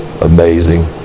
amazing